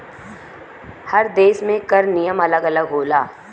हर देस में कर नियम अलग अलग होला